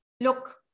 Look